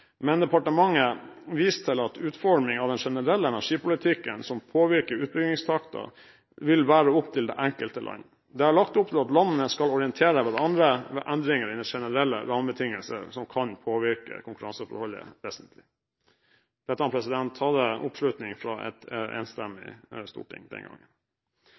Men departementet viser til at utforming av den generelle energipolitikken som påvirker utbyggingstakten, vil være opp til det enkelte land. Det er lagt opp til at landene skal orientere hverandre ved endringer i de generelle rammebetingelsene som kan påvirke konkurranseforholdet vesentlig.» Dette hadde oppslutning fra et enstemmig storting den gangen.